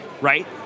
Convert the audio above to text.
right